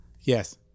Yes